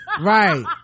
Right